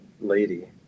lady